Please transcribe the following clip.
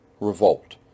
revolt